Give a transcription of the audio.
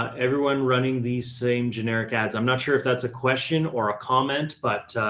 everyone running these same generic ads. i'm not sure if that's a question or a comment, but